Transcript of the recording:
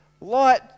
light